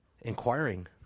inquiring